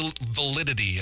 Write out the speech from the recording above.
validity